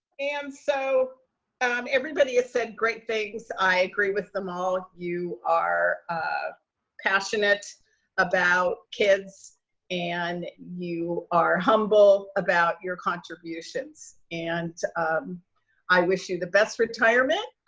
and so um everybody has said great things. i agree with them all. you are ah passionate about kids and you are humble about your contributions. and um i wish you the best retirement.